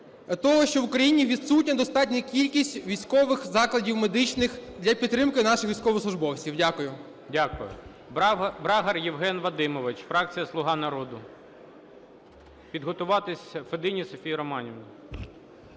того, що в Україні відсутня достатня кількість військових закладів медичних для підтримки наших військовослужбовців. Дякую. ГОЛОВУЮЧИЙ. Дякую. Брагар Євген Вадимович, фракція "Слуга народу". Підготуватись Федині Софії Романівні.